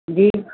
जी